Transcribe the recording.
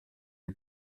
you